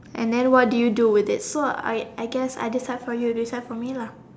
and then what do you do with it so I I guess I decide for you you decide for me lah